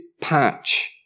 patch